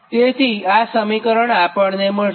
તેથી આ સમીકરણ આપણને મળશે